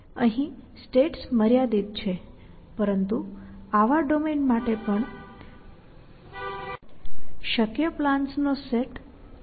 અહીં સ્ટેટ્સ મર્યાદિત છે પરંતુ આવા ડોમેન માટે પણ શક્ય પ્લાન્સ નો સેટ a∞ છે